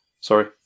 sorry